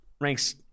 ranks